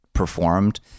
performed